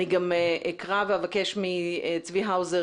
אני גם אקרא ואבקש מצבי האוזר,